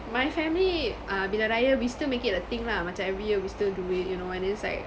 my family ah bila raya we still make it a thing lah macam every year we still do it you know and it's like